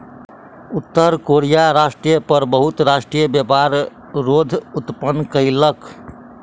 उत्तर कोरिया राष्ट्र पर बहुत राष्ट्र व्यापार रोध उत्पन्न कयलक